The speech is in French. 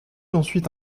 ensuite